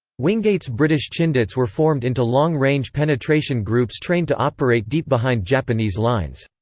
wingate's british chindits were formed into long-range penetration groups trained to operate deep behind japanese lines.